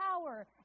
power